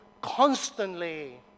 constantly